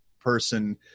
person